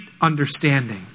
understanding